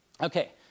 Okay